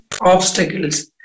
obstacles